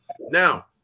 Now